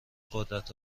قدرت